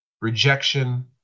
rejection